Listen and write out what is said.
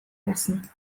lassen